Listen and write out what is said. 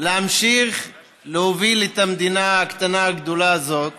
להמשיך להוביל את המדינה הקטנה-הגדולה הזאת